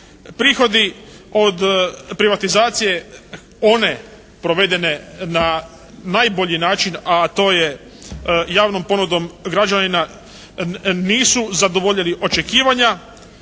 Prihodi od privatizacije one provedene na najbolji način, a to je javnom ponudom građanina, nisu zadovoljili očekivanja.